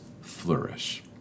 flourish